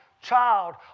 child